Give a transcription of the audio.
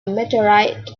meteorite